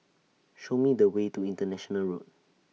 Show Me The Way to International Road